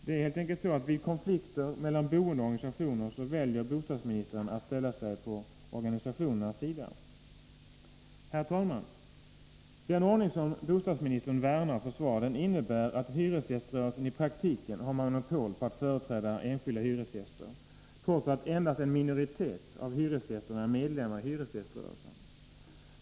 Det är helt enkelt så, att vid konflikter mellan boende och organisationer, väljer bostadsministern att ställa sig på organisationernas sida. Herr talman! Den ordning som bostadsministern värnar och försvarar innebär att hyresgäströrelsen i praktiken har monopol på att företräda enskilda hyresgäster, trots att endast en minoritet av hyresgästerna är medlemmar i hyresgäströrelsen.